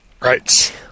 right